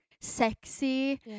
sexy